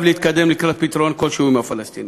להתקדם לקראת פתרון כלשהו עם הפלסטינים.